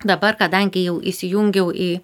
dabar kadangi jau įsijungiau į